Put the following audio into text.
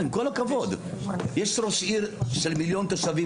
עם כל הכבוד, יש ראש עיר של מיליון תושבים.